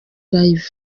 live